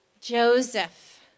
Joseph